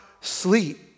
sleep